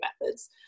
methods